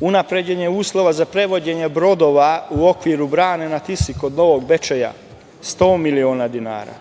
unapređenje uslova za prevođenje brodova u okviru brane na Tisi kod Novog Bečeja 100 miliona dinara.